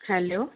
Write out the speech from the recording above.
hello